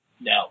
No